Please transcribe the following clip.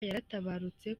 yaratabarutse